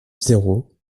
zéro